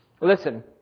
Listen